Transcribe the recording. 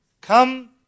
Come